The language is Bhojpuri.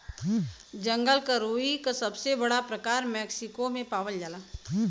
जंगल क रुई क सबसे बड़ा प्रकार मैक्सिको में पावल जाला